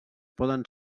poden